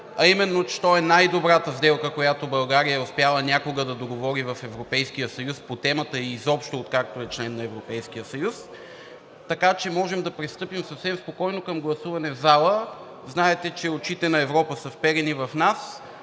а именно, че то е най-добрата сделка, която България е успяла някога да договори в Европейския съюз по темата изобщо, откакто е член на Европейския съюз. Така че можем да пристъпим съвсем спокойно към гласуване в залата. Знаете, че очите на Европа са вперени в нас.